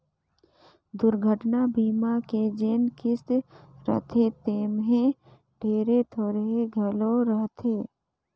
दुरघटना बीमा के जेन किस्त रथे तेम्हे ढेरे थोरहें घलो रहथे